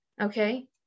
Okay